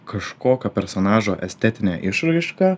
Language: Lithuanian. kažkokio personažo estetinę išraišką